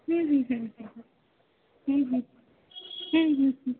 हं हं हं हं हं हं हं हं हं हं